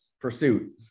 pursuit